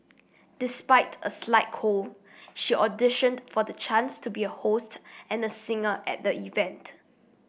despite a slight cold she auditioned for the chance to be a host and a singer at the event